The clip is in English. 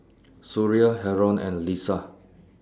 Suria Haron and Lisa